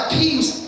peace